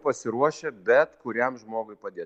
pasiruošę bet kuriam žmogui padėt